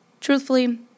Truthfully